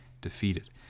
defeated